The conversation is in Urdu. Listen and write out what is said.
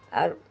اور